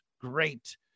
great